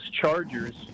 Chargers